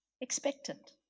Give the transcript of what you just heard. expectant